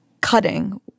Cutting